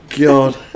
God